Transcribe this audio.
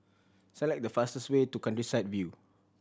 select the fastest way to Countryside View